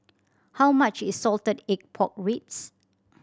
how much is salted egg pork ribs